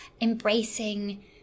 embracing